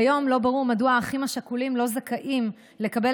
כיום לא ברור מדוע האחים השכולים לא זכאים לקבל